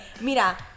mira